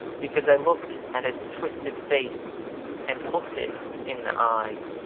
because i looked at it's twisted face and looked it in the eye,